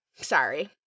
Sorry